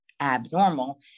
abnormal